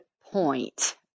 point